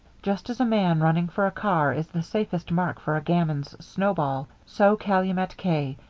just as a man running for a car is the safest mark for a gamin's snowball, so calumet k,